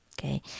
okay